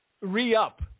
re-up